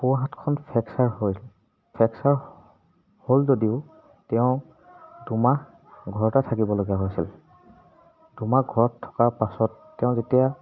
সোঁহাতখন fracture হ'ল fracture হ'ল যদিও তেওঁ দুমাহ ঘৰতে থাকিবলগীয়া হৈছিল দুমাহ ঘৰত থকাৰ পাছত তেওঁ যেতিয়া